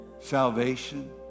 salvation